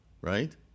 right